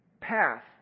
path